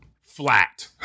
flat